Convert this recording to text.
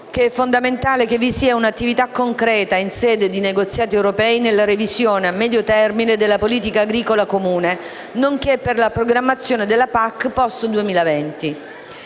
è fondamentale che vi sia un'attività concreta in sede di negoziati europei nella revisione a medio termine della politica agricola comune, nonché per la programmazione della PAC *post* 2020.